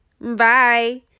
Bye